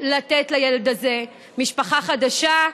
לתת לילד הזה משפחה חדשה,